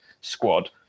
squad